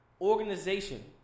organization